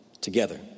together